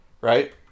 Right